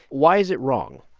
why is it wrong?